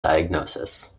diagnosis